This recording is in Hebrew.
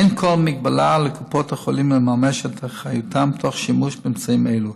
אין כל מגבלה לקופות החולים לממש את אחריותן תוך שימוש באמצעים אלו.